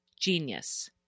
Genius